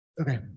Okay